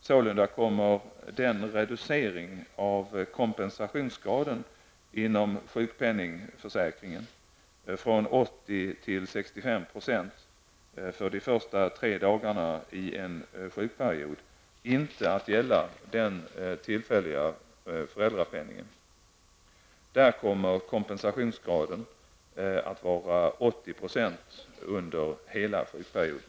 Sålunda kommer den reducering av kompensationsgraden inom sjukpenningförsäkringen från 80 % till 65 % för de tre första dagarna i en sjukperiod inte att gälla den tillfälliga föräldrapenningen. Där kommer kompensationsgraden att vara 80 % under hela sjukperioden.